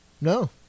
No